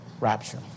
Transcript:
rapture